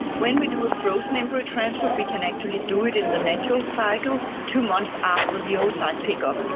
when we do a frozen embryo transfer we can actually do it in the natural cycle two months after the oocyte pick-up,